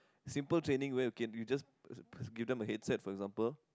simple training where you can you just give them a headset for example